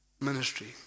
ministry